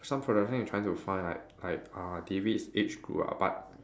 some production is trying to find like like uh David's age group ah but